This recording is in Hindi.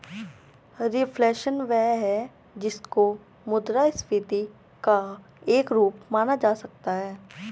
रिफ्लेशन वह है जिसको मुद्रास्फीति का एक रूप माना जा सकता है